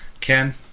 Ken